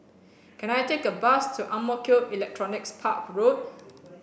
can I take a bus to Ang Mo Kio Electronics Park Road